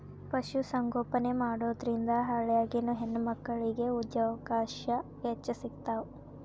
ಪಶು ಸಂಗೋಪನೆ ಮಾಡೋದ್ರಿಂದ ಹಳ್ಳ್ಯಾಗಿನ ಹೆಣ್ಣಮಕ್ಕಳಿಗೆ ಉದ್ಯೋಗಾವಕಾಶ ಹೆಚ್ಚ್ ಸಿಗ್ತಾವ